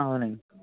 అవునండి